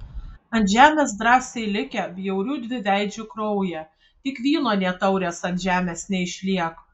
ant žemės drąsiai likę bjaurių dviveidžių kraują tik vyno nė taurės ant žemės neišliek